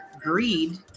greed